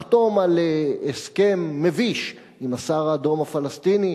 לחתום על הסכם מביש עם הסהר-האדום הפלסטיני